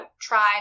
try